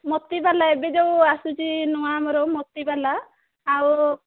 ମୋତିବାଲା ଏବେ ଯେଉଁ ଆସୁଛି ନୂଆ ଆମର ମୋତିବାଲା ଆଉ